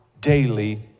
daily